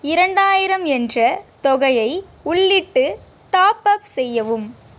இரண்டாயிரம் என்ற தொகையை உள்ளிட்டு டாப்அப் செய்யவும்